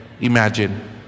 imagine